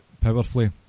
powerfully